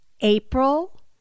April